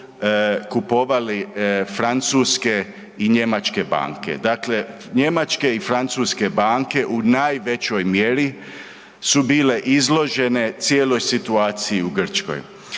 kupovali francuske i njemačke banke. Dakle, njemačke i francuske banke u najvećoj mjeri su bile izložene cijeloj situaciji u Grčkoj.